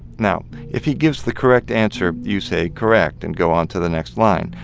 now, if he gives the correct answer, you say correct and go on to the next line.